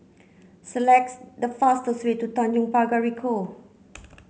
select the fastest way to Tanjong Pagar Ricoh